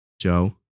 Joe